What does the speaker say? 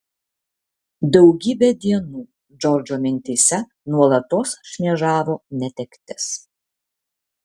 daugybę dienų džordžo mintyse nuolatos šmėžavo netektis